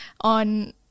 on